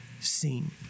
seen